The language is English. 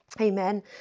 Amen